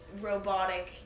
robotic